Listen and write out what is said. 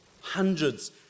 hundreds